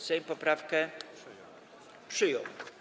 Sejm poprawkę przyjął.